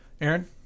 Aaron